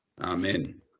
amen